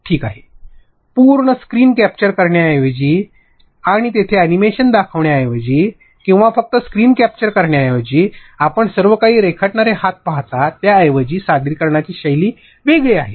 ठीक आहे संपूर्ण स्क्रीन कॅप्चर करण्याऐवजी आणि तिथे अॅनिमेशन दर्शविण्याऐवजी किंवा फक्त स्क्रीन कॅप्चर करण्याऐवजी आपण सर्वकाही रेखाटणारे हात पाहता त्याऐवजी सादरीकरणाची शैली वेगळी आहे